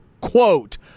quote